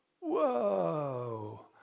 whoa